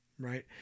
Right